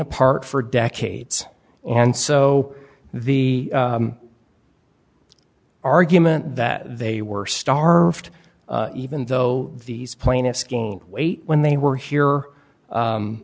apart for decades and so the argument that they were starved even though these plaintiffs gained weight when they were here